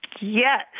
Yes